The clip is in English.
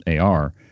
AR